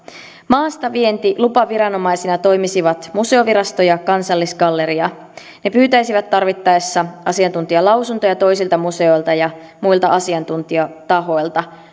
maastavientilupaviranomaisina toimisivat museovirasto ja kansallisgalleria ne pyytäisivät tarvittaessa asiantuntijalausuntoja toisilta museoilta ja muilta asiantuntijatahoilta